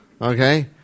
okay